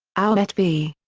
ouellette v.